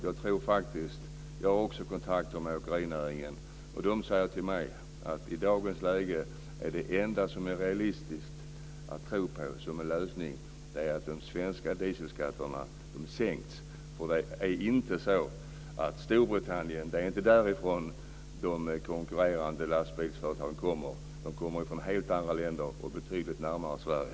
Jag har också kontakter med åkerinäringen, och man säger till mig att det enda som är realistiskt att tro på som en lösning i dagens läge är att de svenska dieselskatterna sänks. Det är inte från Storbritannien de konkurrerande lastbilsföretagen kommer. De kommer från helt andra länder och betydligt närmare Sverige.